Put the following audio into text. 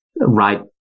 right